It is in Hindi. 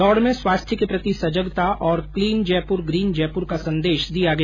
दौड़ में स्वास्थ्य के प्रति सजगता और क्लीन जयपुर ग्रीन जयपुर का संदेश दिया गया